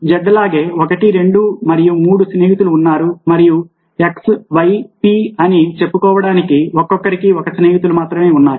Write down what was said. z లాగే 1 2 మరియు 3 స్నేహితులు ఉన్నారు మరియు x y p అని చెప్పకొవడానికి ఒక్కొక్కరికి ఒక స్నేహితులు మాత్రమే ఉన్నారు